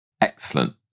Excellent